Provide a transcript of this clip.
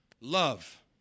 love